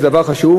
זה דבר חשוב.